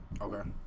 okay